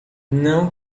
não